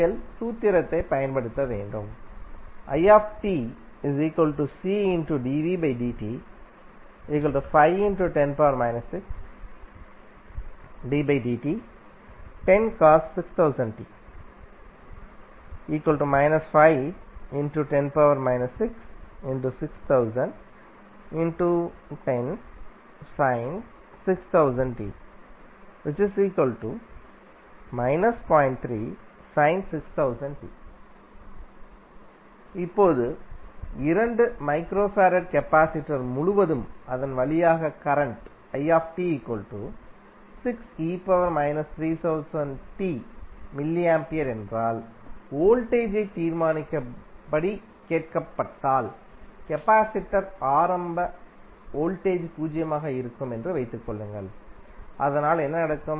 நீங்கள் சூத்திரத்தைப் பயன்படுத்த வேண்டும் இப்போது கெபாசிடர் முழுவதும் அதன் வழியாக கரண்ட் mA என்றால் வோல்டேஜ் ஐ தீர்மானிக்கும்படி கேட்கப்பட்டால் கெபாசிடர் ஆரம்ப வோல்டேஜ் பூஜ்ஜியமாக இருக்கும் என்று வைத்துக் கொள்ளுங்கள் அதனால் என்ன நடக்கும்